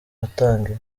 watangiye